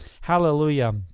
Hallelujah